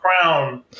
crown